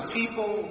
people